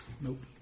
Nope